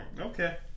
Okay